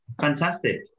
Fantastic